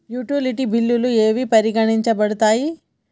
Utility బిల్లులు ఏవి పరిగణించబడతాయి?